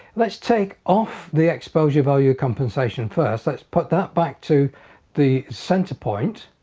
let's take off the exposure value compensation first let's put that back to the center point.